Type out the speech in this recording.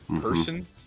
person